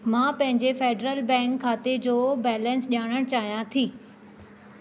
मां पंहिंजे Federal Bank खाते जो बैलेंस ॼाणणु चाहियां थी